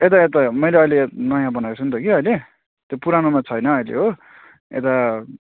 यता यता मैले अहिले नयाँ बनाएको छु नि त कि अहिले त्यो पुरानोमा छैन अहिले हो यता